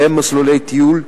ובהם מסלולי טיול,